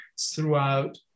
throughout